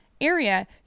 area